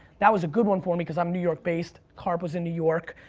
that was a good one for me, cause i'm new york-based, karp was in new york.